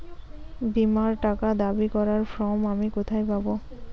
বীমার টাকা দাবি করার ফর্ম আমি কোথায় পাব?